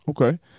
Okay